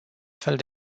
fel